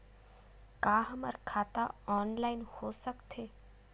का हमर खाता ऑनलाइन हो सकथे?